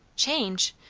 change?